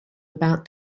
about